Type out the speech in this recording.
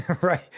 right